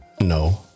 no